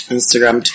Instagram